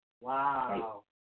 Wow